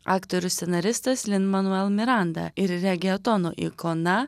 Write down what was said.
aktorius scenaristas lin manuel miranda ir regetono ikona